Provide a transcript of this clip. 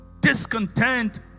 Discontent